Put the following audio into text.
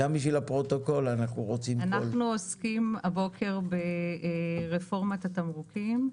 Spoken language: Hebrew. אנחנו עוסקים הבוקר ברפורמת התמרוקים,